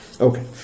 Okay